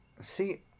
See